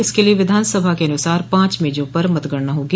इसके लिये विधानसभा के अनुसार पांच मेजों पर मतगणना होगी